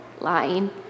lying